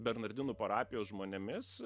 bernardinų parapijos žmonėmis